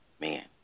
Man